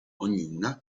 ognuna